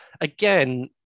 again